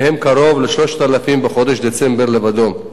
מהם קרוב ל-3,000 בחודש דצמבר לבדו.